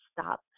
stop